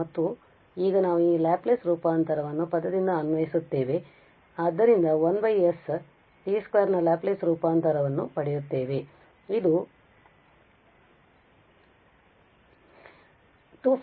ಮತ್ತು ಈಗ ನಾವು ಈ ಲ್ಯಾಪ್ಲೇಸ್ ರೂಪಾಂತರವನ್ನು ಪದದಿಂದ ಅನ್ವಯಿಸುತ್ತೇವೆ ಮತ್ತು ಆದ್ದರಿಂದ 1s t2 ನ ಲ್ಯಾಪ್ಲೇಸ್ ರೂಪಾಂತರವನ್ನು ಪಡೆಯುತ್ತೇವೆ ಇದು 2